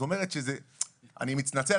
אני מתנצל,